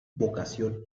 vocación